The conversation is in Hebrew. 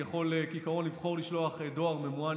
יכול כעיקרון לבחור לשלוח דואר ממוען